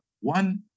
one